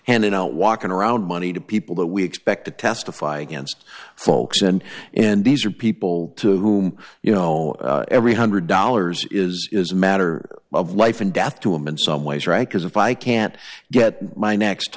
handed out walking around money to people that we expect to testify against folks and and these are people to whom you know every one hundred dollars is is a matter of life and death to him in some ways right because if i can't get my next